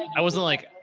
i wasn't like,